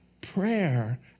Prayer